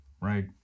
right